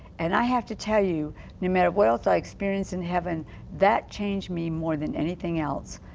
and i have to tell you no matter what else i experience in heaven that changed me more than anything else.